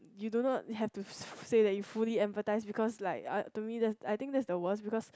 you do not have to say that you fully empathise because like uh to me that I think that's the worst because